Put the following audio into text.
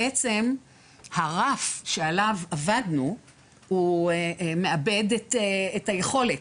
בעצם הרף שעליו עבדנו הוא מאבד את היכולת,